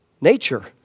nature